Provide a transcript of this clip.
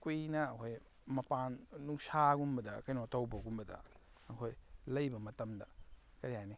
ꯀꯨꯏꯅ ꯑꯩꯈꯣꯏ ꯃꯄꯥꯟ ꯅꯨꯡꯁꯥꯒꯨꯝꯕꯗ ꯀꯩꯅꯣ ꯇꯧꯕꯒꯨꯝꯕꯗ ꯑꯩꯈꯣꯏ ꯂꯩꯕ ꯃꯇꯝꯗ ꯀꯔꯤ ꯍꯥꯏꯅꯤ